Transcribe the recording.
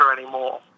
anymore